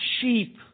sheep